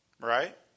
right